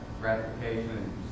gratification